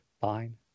Fine